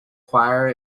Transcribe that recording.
choir